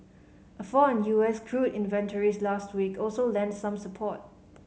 a fall in U S crude inventories last week also lent some support